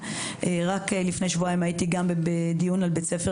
רק לפני שבועיים הייתי בדיון על בית ספר